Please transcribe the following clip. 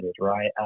right